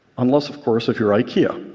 unless, of course, if you're ikea.